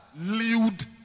lewd